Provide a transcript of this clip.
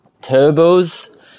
turbos